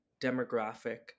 demographic